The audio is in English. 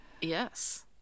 Yes